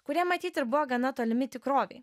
kurie matyt ir buvo gana tolimi tikrovei